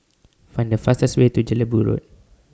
Find The fastest Way to Jelebu Road